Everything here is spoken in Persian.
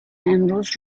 امروز